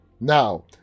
Now